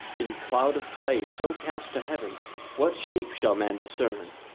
in cloud of clay so cast to heaven what shape shall man discern?